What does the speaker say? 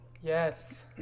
Yes